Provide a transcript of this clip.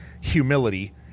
humility